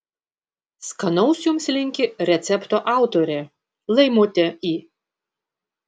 skanaus jums linki recepto autorė laimutė i